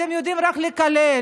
אתם יודעים רק לקלל,